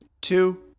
two